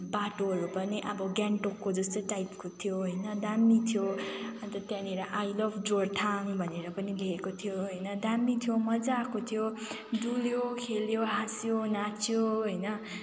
बाटोहरू पनि अब ग्यान्टोकको जस्तै टाइपको थियो होइन दामी थियो अन्त त्यहाँनिर आई लभ जोरथाङ भनेर पनि लेखेको थियो होइन दामी थियो मज्जा आएको थियो डुल्यो खेल्यो हाँस्यो नाच्यो होइन